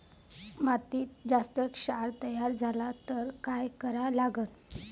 मातीत जास्त क्षार तयार झाला तर काय करा लागन?